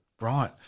right